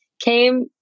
came